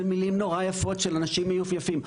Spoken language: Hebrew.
אלה מילים נורא יפות של אנשים מיופייפים.